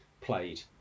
played